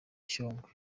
shyogwe